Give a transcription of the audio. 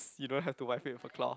you don't have to wipe with a cloth